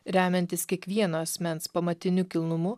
remiantis kiekvieno asmens pamatiniu kilnumu